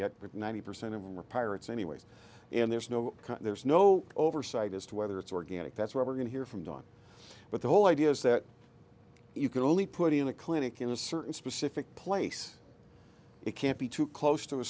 but ninety percent of repairer it's anyways and there's no there's no oversight as to whether it's organic that's what we're going to hear from don but the whole idea is that you can only put in a clinic in a certain specific place it can't be too close to